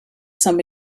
some